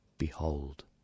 Behold